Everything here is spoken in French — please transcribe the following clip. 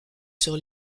sur